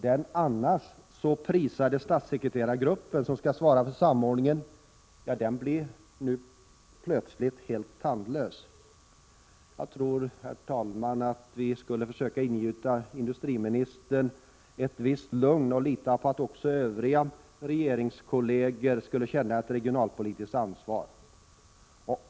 Den annars så prisade statssekreterargruppen, som skall svara för samordningen, blir nu plötsligt helt tandlös. Jag tror, herr talman, att vi skall försöka ingjuta ett visst lugn i industriministern, så att han litar på att också övriga ledamöter i regeringen känner ett regionalpolitiskt ansvar.